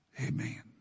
Amen